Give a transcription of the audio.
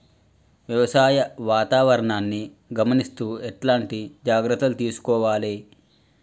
వ్యవసాయ వాతావరణాన్ని గమనిస్తూ ఎట్లాంటి జాగ్రత్తలు తీసుకోవాలే?